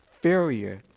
Failure